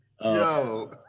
Yo